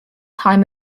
time